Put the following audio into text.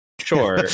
Sure